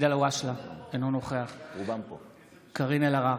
ואליד אלהואשלה, אינו נוכח קארין אלהרר,